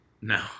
No